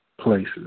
places